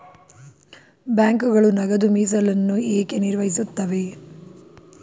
ಬ್ಯಾಂಕುಗಳು ನಗದು ಮೀಸಲನ್ನು ಏಕೆ ನಿರ್ವಹಿಸುತ್ತವೆ?